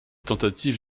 tentative